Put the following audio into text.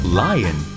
lion